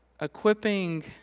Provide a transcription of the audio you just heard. equipping